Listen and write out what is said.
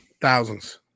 Thousands